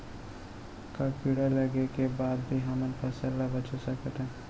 का कीड़ा लगे के बाद भी हमन फसल ल बचा सकथन?